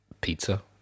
pizza